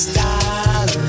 style